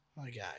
Okay